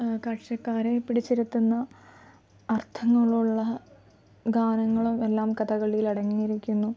കാഴ്ചക്കാരെ പിടിച്ചിരുത്തുന്ന അർത്ഥങ്ങളുള്ള ഗാനങ്ങളും എല്ലാം കഥകളിയിൽ അടങ്ങിയിരിക്കുന്നു